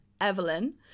Evelyn